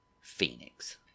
Phoenix